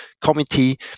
committee